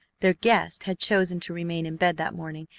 their guest had chosen to remain in bed that morning,